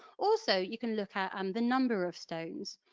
also you can look at um the number of stones,